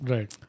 Right